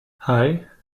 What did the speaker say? hei